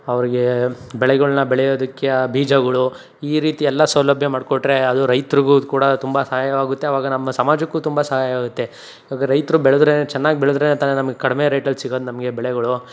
ಅವ್ರಿಗೆ ಬೆಳೆಗಳ್ನ ಬೆಳೆಯೋದಕ್ಕೆ ಆ ಬೀಜಗಳು ಈ ರೀತಿ ಎಲ್ಲ ಸೌಲಭ್ಯ ಮಾಡಿಕೊಟ್ರೆ ಅದು ರೈತ್ರಿಗೂ ಕೂಡ ತುಂಬ ಸಹಾಯವಾಗುತ್ತೆ ಆವಾಗ ನಮ್ಮ ಸಮಾಜಕ್ಕೂ ತುಂಬ ಸಹಾಯವಾಗುತ್ತೆ ಇವಾಗ ರೈತರು ಬೆಳದ್ರೆ ಚೆನ್ನಾಗಿ ಬೆಳೆದ್ರೆ ತಾನೇ ನಮಗೆ ಕಡಿಮೆ ರೇಟಲ್ಲಿ ಸಿಗೋದು ನಮಗೆ ಬೆಳೆಗಳು